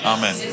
Amen